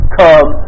come